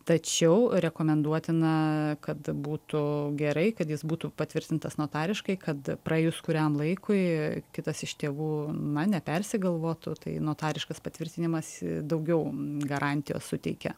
tačiau rekomenduotina kad būtų gerai kad jis būtų patvirtintas notariškai kad praėjus kuriam laikui kitas iš tėvų na nepersigalvotų tai notariškas patvirtinimas daugiau garantijos suteikia